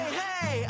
hey